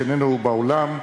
שאיננו באולם,